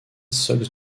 sox